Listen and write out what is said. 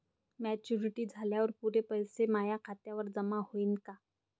Maturity झाल्यावर पुरे पैसे माया खात्यावर जमा होईन का?